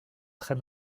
très